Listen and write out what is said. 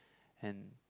and